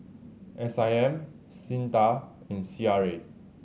S I M SINDA and C R A